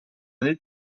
années